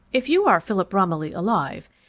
if you are philip romilly alive,